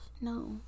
No